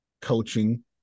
coaching